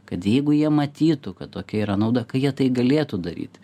kad jeigu jie matytų kad tokia yra nauda ka jie tai galėtų daryti